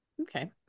Okay